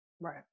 Right